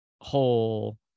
whole